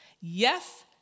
Yes